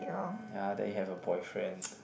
ya then you have a boyfriend